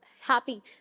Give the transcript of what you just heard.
happy